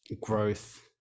growth